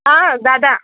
हां दादा